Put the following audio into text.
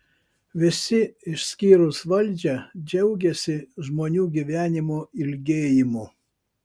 visi išskyrus valdžią džiaugiasi žmonių gyvenimo ilgėjimu